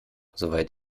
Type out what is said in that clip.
soweit